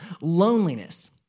loneliness